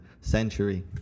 century